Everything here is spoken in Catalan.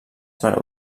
per